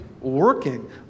working